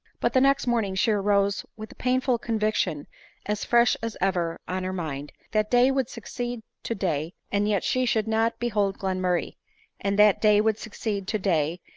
but the next morning she arose with the painful con viction as fresh as ever on her mind, that day would succeed to day, and yet she should not behold glen murray and that day would succeed to day,